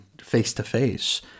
face-to-face